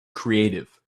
creative